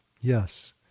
Yes